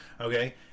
Okay